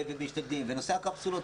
בנושא הקפסולות,